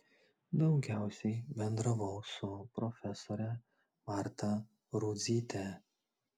daugiausiai bendravau su profesore marta rudzyte